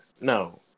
no